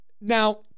Now